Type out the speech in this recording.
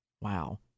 Wow